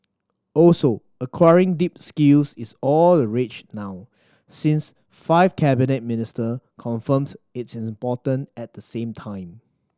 also acquiring deep skills is all the rage now since five cabinet minister confirmed its importance at the same time